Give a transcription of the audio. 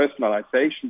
personalization